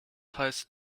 heißt